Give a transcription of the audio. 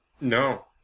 No